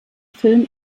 film